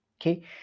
okay